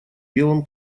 белом